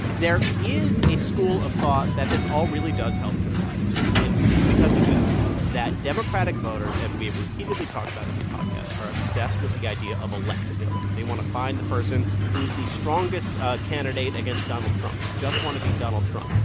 there is a school of thought that this all really does help joe biden. and and it's because of this that democratic voters, as we have repeatedly talked about on this podcast, are obsessed with the idea of electability they want to find the person who is the strongest candidate against donald trump. they just want to beat donald trump.